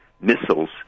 missiles